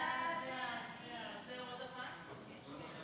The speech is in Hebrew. ההצעה להעביר את הצעת חוק בנימין